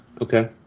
Okay